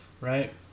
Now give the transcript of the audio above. Right